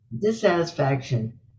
dissatisfaction